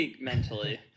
mentally